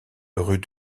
rue